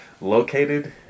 located